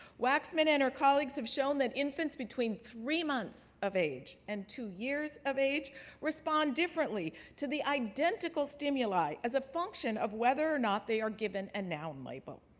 waxman and her colleagues have shown that infants between three months of age and two years of age respond differently to the identical stimuli as a function of whether or not they are given a noun label.